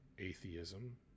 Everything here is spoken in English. atheism